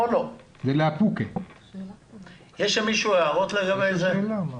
יש למישהו הערות לגבי הסעיף?